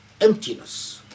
emptiness